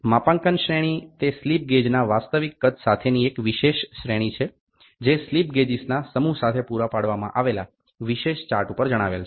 માપાંકન શ્રેણી તે સ્લિપ ગેજના વાસ્તવિક કદ સાથેની એક વિશેષ શ્રેણી છે જે સ્લિપ ગેજીસના સમૂહ સાથે પુરા પાડવામાં આવેલા વિશેષ ચાર્ટ પર જણાવેલ છે